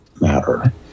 matter